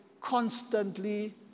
constantly